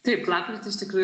taip lapkritis tikrai